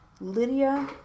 Lydia